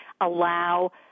allow